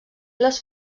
les